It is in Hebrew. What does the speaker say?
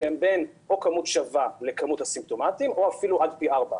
שהם או בכמות שווה לכמות הסימפטומטיים או אפילו עד פי ארבעה.